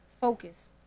focus